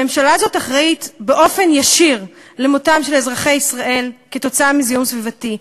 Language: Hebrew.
הממשלה הזאת אחראית באופן ישיר למותם של אזרחי ישראל עקב זיהום סביבתי.